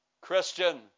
Christian